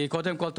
קודם כל,